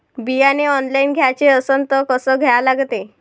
बियाने ऑनलाइन घ्याचे असन त कसं घ्या लागते?